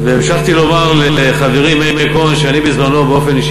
והמשכתי לומר לחברי מאיר כהן שאני בזמני באופן אישי